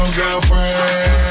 girlfriend